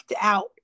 out